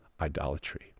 idolatry